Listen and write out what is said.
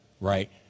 right